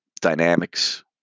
dynamics